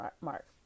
mark